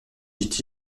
dit